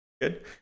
Good